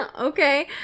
Okay